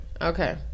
Okay